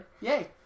Yay